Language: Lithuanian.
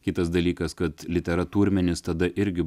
kitas dalykas kad literatūrmenis tada irgi